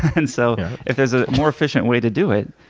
and so if there's a more efficient way to do it,